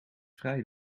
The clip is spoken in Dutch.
vrij